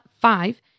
five